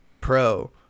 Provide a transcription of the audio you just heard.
Pro